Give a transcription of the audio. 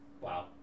wow